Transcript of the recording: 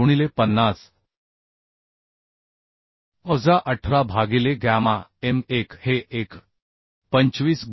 9 गुणिले 50 वजा 18 भागिले गॅमा m1 हे 1